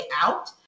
out